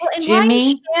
Jimmy